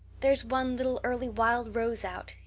there's one little early wild rose out!